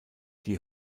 die